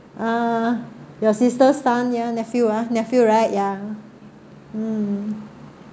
uh your sister's son ya nephew ah nephew right ya mm